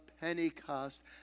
Pentecost